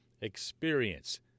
experience